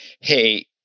hey